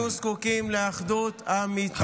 אנו זקוקים לאחדות אמיתית, גב' פנינה.